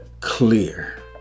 clear